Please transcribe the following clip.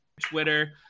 twitter